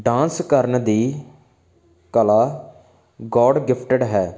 dance ਕਰਨ ਦੀ ਕਲਾ ਗੋਡ ਗਿਫਟਡ ਹੈ